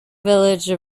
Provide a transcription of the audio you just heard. village